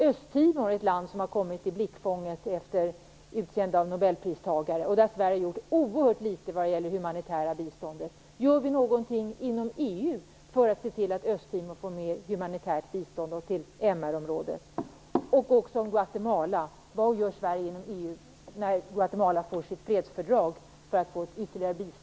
Östtimor är ett land som har kommit i blickfånget efter utseendet av Nobelpristagarna. Där har Sverige gjort oerhört litet när det gäller det humanitära biståndet. Gör vi något inom EU för att se till att Östtimor får mer humanitärt bistånd till MR-området?